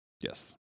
yes